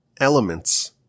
elements